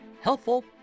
helpful